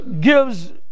gives